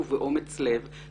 במועמדות של מועמד מסוים,